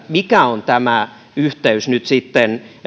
mikä on tämä yhteys nyt sitten